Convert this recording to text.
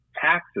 taxes